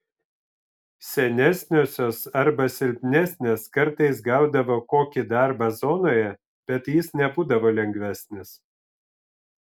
senesniosios arba silpnesnės kartais gaudavo kokį darbą zonoje bet jis nebūdavo lengvesnis